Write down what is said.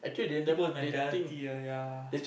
people with mentality ah ya